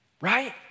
Right